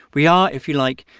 we are, if you like,